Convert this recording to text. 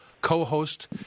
co-host